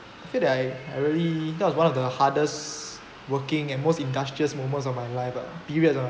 I feel that I I really that was one of the hardest working and most industrious moments of my life ah period lah